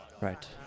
Right